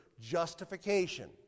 Justification